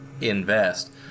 invest